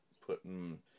putting